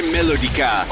Melodica